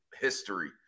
history